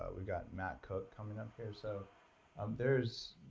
ah we've got matt cook coming up here, so um there's.